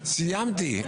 סיימתי.